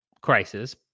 crisis